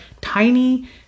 tiny